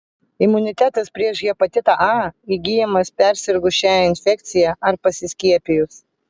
imunitetas prieš hepatitą a įgyjamas persirgus šia infekcija ar pasiskiepijus